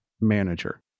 manager